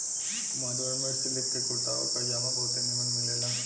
मान्यवर में सिलिक के कुर्ता आउर पयजामा बहुते निमन मिलेला